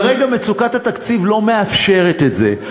כרגע מצוקת התקציב לא מאפשרת את זה.